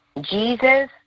jesus